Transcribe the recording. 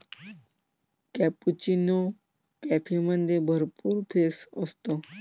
cappuccino कॉफीमध्ये भरपूर फेस असतो